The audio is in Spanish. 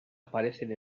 aparecen